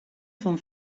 van